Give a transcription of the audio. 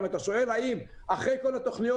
אם אתה שואל אחרי כל התכניות